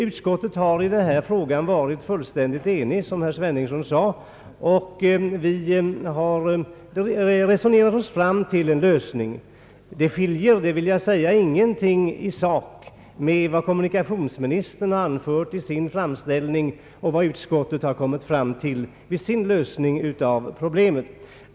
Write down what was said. Utskottet har i den här frågan varit fullständigt enigt, som herr Sveningsson sade, och vi har resonerat oss fram till en lösning. I sak skiljer ingenting mellan vad kommunikationsministern anfört i sin framställning och vad utskottet kommit fram till.